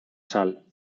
sal